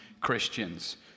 Christians